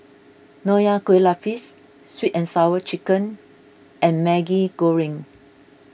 Nonya Kueh Lapis Sweet and Sour Chicken and Maggi Goreng